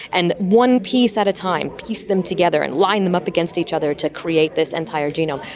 and one piece at a time piece them together and line them up against each other to create this entire genome.